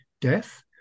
death